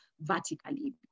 vertically